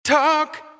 Talk